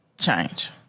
Change